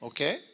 Okay